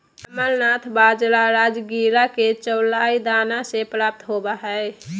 amaranth बाजरा राजगिरा के चौलाई दाना से प्राप्त होबा हइ